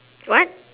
what